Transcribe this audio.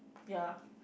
ya